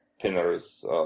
pinners